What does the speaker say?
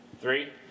Three